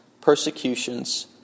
persecutions